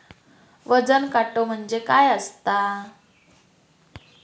वजन काटो म्हणजे काय असता?